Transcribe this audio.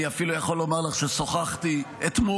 אני אפילו יכול לומר לך ששוחחתי אתמול